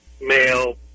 male